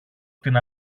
την